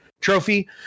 trophy